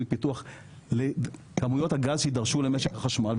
פיתוח לכמויות הגז שידרשו למשק החשמל,